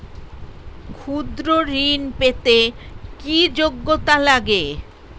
ক্ষুদ্র ঋণ পেতে কি যোগ্যতা লাগে?